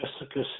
Jessica